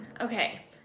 okay